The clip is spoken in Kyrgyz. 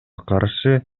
каршы